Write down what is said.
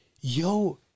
yo